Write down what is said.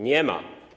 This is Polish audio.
Nie ma.